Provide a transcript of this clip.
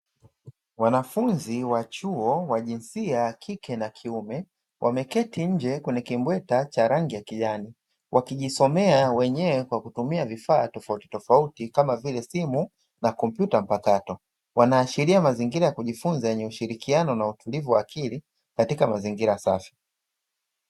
Wanafunzi wa chuo wa jinsia ya kike na kiume, wameketi nje kwenye kimbweta cha rangi ya kijani, wakijisomea wenyewe kwa kutumia vifaa tofautitofauti kama vile simu na kompyuta mpakato, wanaashiria mazingira ya kujifunza yenye ushirikiano na utulivu wa akili, katika mazingira safi.